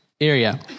area